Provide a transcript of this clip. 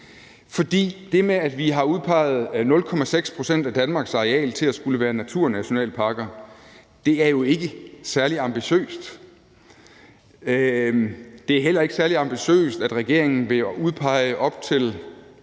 For det med, at vi har udpeget 0,6 pct. af Danmarks areal til at skulle være naturnationalparker, er jo ikke særlig ambitiøst. Det er heller ikke særlig ambitiøst, at regeringen vil udpege op til